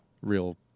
real